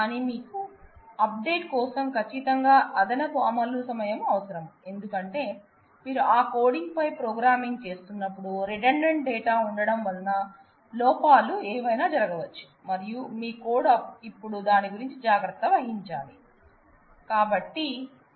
కానీ మీకు అప్డేట్ కోసం కచ్చితంగా అదనపు అమలు సమయం అవసరం ఎందుకంటే మీరు ఆ కోడింగ్ పై ప్రోగ్రామింగ్ చేస్తున్నప్పుడు రిడండెంట్ డేటా ఉండటం వలన లోపాలు ఏవైనా జరగవచ్చు మరియు మీ కోడ్ ఇప్పుడు దాని గురించి జాగ్రత్త వహించాలి